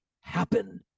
happen